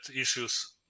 issues